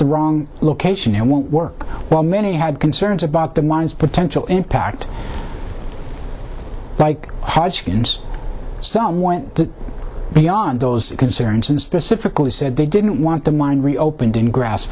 the wrong location and won't work while many had concerns about the mine's potential impact like hodgkins some went beyond those concerns and specifically said they didn't want the mine reopened in grass